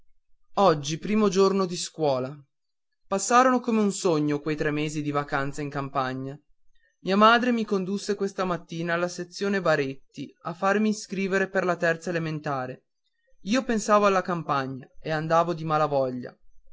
oggi primo giorno di scuola passarono come un sogno quei tre mesi di vacanza in campagna mia madre mi condusse questa mattina alla sezione baretti a farmi inscrivere per la terza elementare io pensavo alla campagna e andavo di